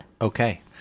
Okay